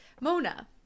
Mona